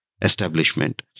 establishment